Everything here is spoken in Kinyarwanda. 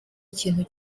ikintu